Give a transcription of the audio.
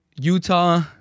utah